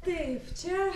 taip čia